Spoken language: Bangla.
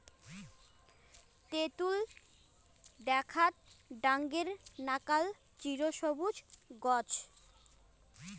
তেতুল দ্যাখ্যাত ডাঙরের নাকান চিরসবুজ গছ